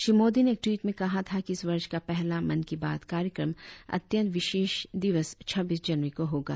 श्री मोदी ने एक ट्वीट में कहा था कि इस वर्ष का पहला मन की बात कार्यक्रम अत्यंत विशेष दिवस छब्बीस जनवरी को होगा